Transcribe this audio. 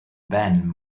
ben